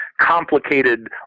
complicated